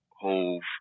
hove